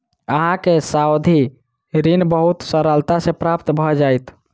अहाँ के सावधि ऋण बहुत सरलता सॅ प्राप्त भ जाइत